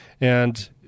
And-